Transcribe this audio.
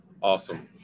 Awesome